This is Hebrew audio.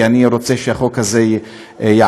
כי אני רוצה שהחוק הזה יעבור.